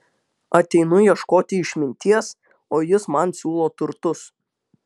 ateinu ieškoti išminties o jis man siūlo turtus